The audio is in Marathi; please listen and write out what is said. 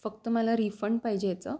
फक्त मला रिफंड पाहिजे ह्याचं